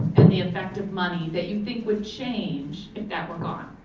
and the effect of money that you think would change if that were gone?